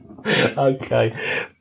Okay